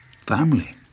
family